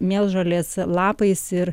mėlžolės lapais ir